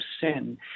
sin